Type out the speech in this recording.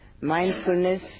Mindfulness